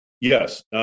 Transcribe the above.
Yes